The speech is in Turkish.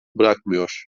bırakmıyor